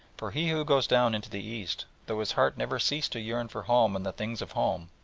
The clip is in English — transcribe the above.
for he who goes down into the east, though his heart never cease to yearn for home and the things of home,